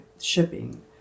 shipping